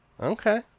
Okay